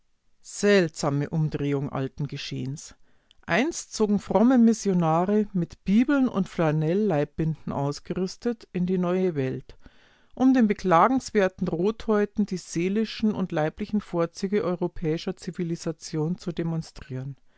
seltsame umdrehung alten geschehens einst zogen fromme missionare mit bibeln und flanell-leibbinden ausgerüstet in die neue welt um den beklagenswerten rothäuten die seelischen und leiblichen vorzüge europäischer zivilisation zu demonstrieren